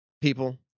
people